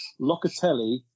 Locatelli